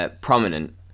Prominent